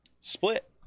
split